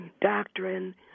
doctrine